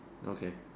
okay